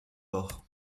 bord